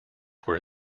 were